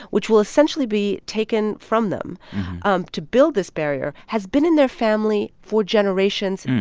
which will, essentially, be taken from them um to build this barrier, has been in their family for generations.